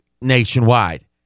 nationwide